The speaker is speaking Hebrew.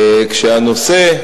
כשהנושא,